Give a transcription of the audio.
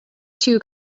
two